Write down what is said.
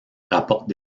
rapportent